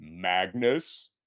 magnus